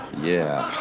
yeah.